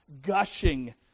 gushing